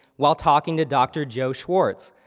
while talking to doctor joe schwartz,